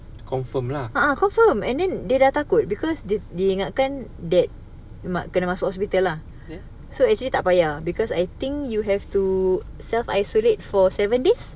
uh uh confirm and then dia dah takut because they dia ingatkan that kena masuk hospital lah so actually tak payah because I think you have to self isolate for seven days